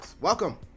Welcome